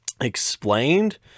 explained